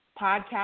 podcast